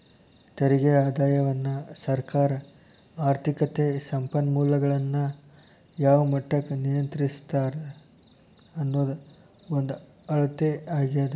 ತೆರಿಗೆ ಆದಾಯವನ್ನ ಸರ್ಕಾರ ಆರ್ಥಿಕತೆ ಸಂಪನ್ಮೂಲಗಳನ್ನ ಯಾವ ಮಟ್ಟಕ್ಕ ನಿಯಂತ್ರಿಸ್ತದ ಅನ್ನೋದ್ರ ಒಂದ ಅಳತೆ ಆಗ್ಯಾದ